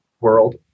world